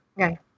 Okay